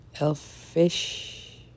Elfish